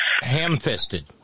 ham-fisted